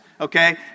okay